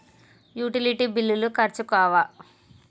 Utility బిల్లులు ఖర్చు కావా?